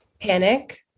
Panic